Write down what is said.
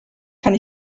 kann